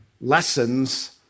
lessons